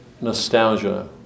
nostalgia